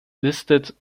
listed